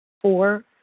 Four